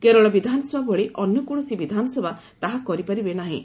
କେରଳ ବିଧାନସଭା ଭଳି ଅନ୍ୟ କୌଣସି ବିଧାନସଭା ତାହା କରିପାରିବେ ନାହିଁ